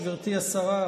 גברתי השרה,